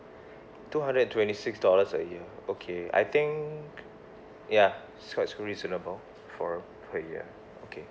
two hundred and twenty six dollars a year okay I think ya such reasonable for a year okay